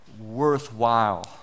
worthwhile